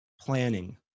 planning